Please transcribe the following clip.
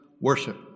worship